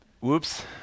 Whoops